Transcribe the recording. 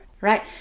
right